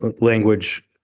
language